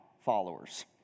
followers